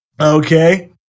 Okay